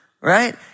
Right